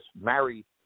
married